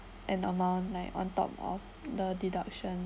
an amount like on top of the deduction